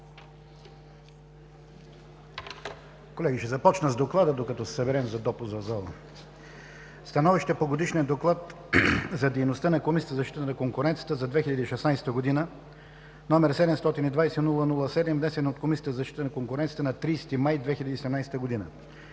Колеги, ще започна с доклада, докато се съберем за допуск в залата. „СТАНОВИЩЕ по Годишния доклад за дейността на Комисията за защита на конкуренцията за 2016 г., № 720-00-7, внесен от Комисията за защита на конкуренцията на 30 май 2017 г.